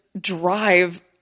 drive